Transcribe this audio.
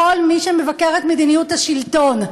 נגד כל מי שמבקר את מדיניות השלטון,